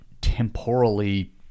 temporally